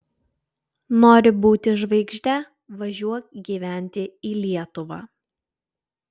nori būti žvaigžde važiuok gyventi į lietuvą